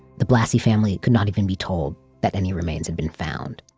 the blassi family could not even be told that any remains had been found